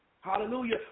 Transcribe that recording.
Hallelujah